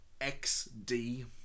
XD